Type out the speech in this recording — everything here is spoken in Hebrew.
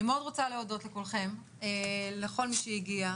אני רוצה להודות לכולכם, לכל מי שהגיע.